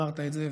ואמרת את זה.